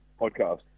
podcast